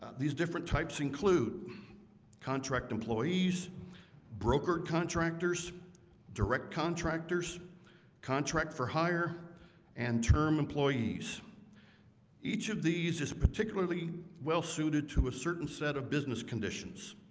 these different types include contract employees brokered contractors direct contractors contract for higher and term employees each of these is particularly. well suited to a certain set of business conditions.